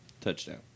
Touchdown